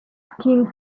skins